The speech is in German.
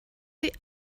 sie